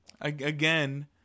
again